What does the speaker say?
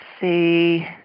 see